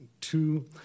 two